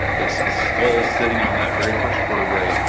it's the skull sitting on that very first vertebrae.